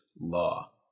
law